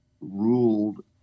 ruled